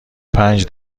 پنج